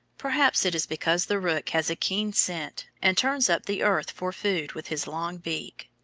perhaps it is because the rook has a keen scent, and turns up the earth for food with his long beak.